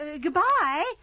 Goodbye